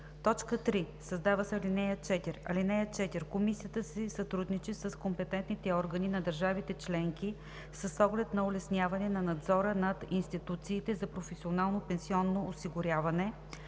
3. Създава се ал. 4: „(4) Комисията си сътрудничи с компетентните органи на държавите членки с оглед на улесняване на надзора над институциите за професионално пенсионно осигуряване,